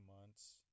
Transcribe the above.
months